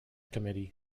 committee